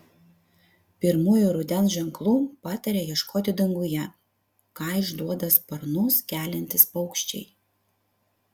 pirmųjų rudens ženklų pataria ieškoti danguje ką išduoda sparnus keliantys paukščiai